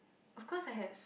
of course I have